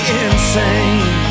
insane